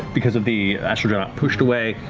because of the astral dreadnought, pushed away,